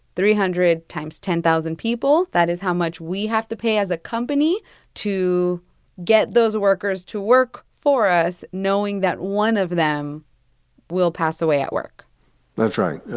three hundred times ten thousand people. that is how much we have to pay as a company to get those workers to work for us, knowing that one of them will pass away at work that's right.